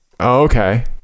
Okay